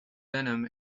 venom